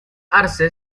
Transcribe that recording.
arce